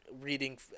reading